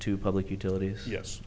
to public utilities yes